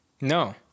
No